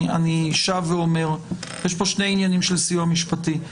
אני שב ואומר שיש כאן שני עניינים של סיוע משפטי.